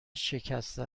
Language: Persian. شکسته